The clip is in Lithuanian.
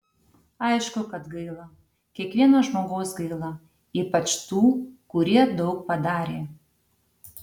aišku kad gaila kiekvieno žmogaus gaila ypač tų kurie daug padarė